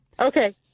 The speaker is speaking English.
Okay